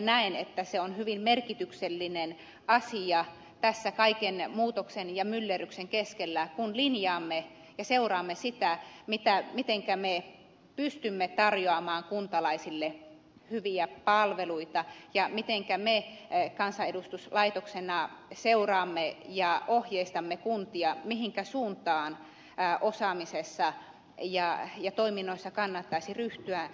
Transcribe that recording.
näen että se on hyvin merkityksellinen asia tässä kaiken muutoksen ja myllerryksen keskellä kun linjaamme ja seuraamme sitä mitenkä me pystymme tarjoamaan kuntalaisille hyviä palveluita ja mitenkä me kansanedustuslaitoksena seuraamme ja ohjeistamme kuntia mihinkä suuntaan osaamisessa ja toiminnoissa kannattaisi ryhtyä